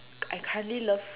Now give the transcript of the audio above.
I currently love